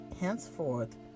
henceforth